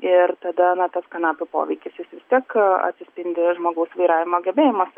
ir tada na tas kanapių poveikis jis vis tiek atsispindi žmogaus vairavimo gebėjimuose